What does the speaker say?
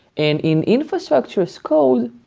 and in infrastructure as code,